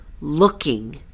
looking